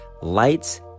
Lights